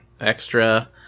extra